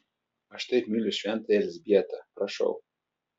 aš taip myliu šventąją elzbietą prašau